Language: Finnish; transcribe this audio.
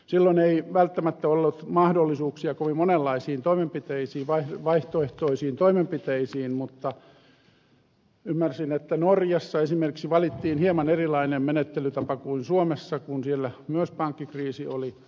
silloin ei välttämättä ollut mahdollisuuksia kovin monenlaisiin vaihtoehtoisiin toimenpiteisiin mutta ymmärsin että norjassa valittiin hieman erilainen menettelytapa kuin suomessa kun siellä myös pankkikriisi oli